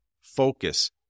focus